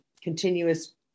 continuous